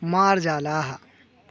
मार्जालाः